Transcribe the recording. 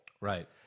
Right